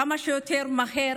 כמה שיותר מהר